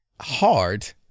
hard